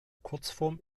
kurzform